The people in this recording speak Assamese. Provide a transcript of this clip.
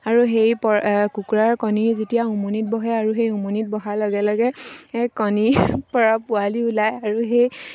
আৰু সেই প কুকুৰাৰ কণী যেতিয়া উমনিত বহে আৰু সেই উমনিত বহাৰ লগে লগে কণীৰ পৰা পোৱালি ওলায় আৰু সেই